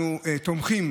אנחנו תומכים